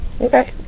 Okay